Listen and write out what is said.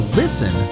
listen